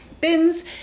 bins